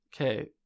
Okay